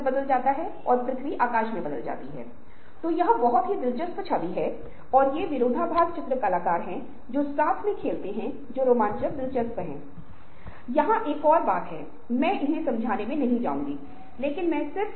इसलिए तार्किक रूप से हर किसी के पास दायाँ मस्तिष्क और बाएं मस्तिष्क है